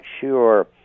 sure